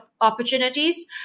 opportunities